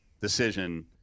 decision